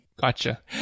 Gotcha